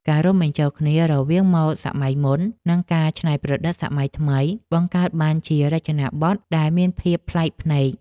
ការរួមបញ្ចូលគ្នារវាងម៉ូដសម័យមុន និងការច្នៃប្រឌិតសម័យថ្មីបង្កើតបានជារចនាប័ទ្មដែលមានភាពប្លែកភ្នែក។